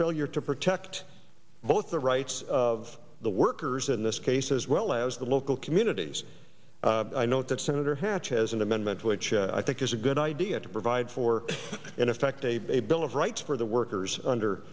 failure to protect both the rights of the workers in this case as well as the local communities i note that senator hatch has an amendment which i think is a good idea to provide for in effect a a bill of rights for the workers under